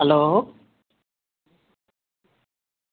hello